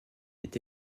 est